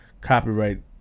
copyright